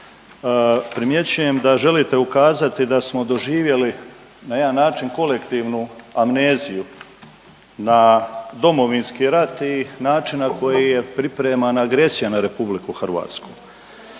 primjećujem da želite ukazati da smo doživjeli na jedan način kolektivnu amneziju na Domovinski rat i način na koji je pripremana agresija na Republiku Hrvatsku.